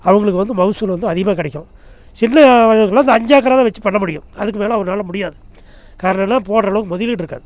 அவர்களுக்கு வந்து மகசூல் வந்து அதிகமாக கிடைக்கும் சின்ன இந்த அஞ்சு ஏக்கரை தான் வெச்சு பண்ண முடியும் அதுக்கு மேல அவர்னால முடியாது காரணம் என்னென்ன போடுறளவுக்கு முதலீடு இருக்காது